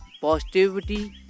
positivity